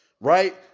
Right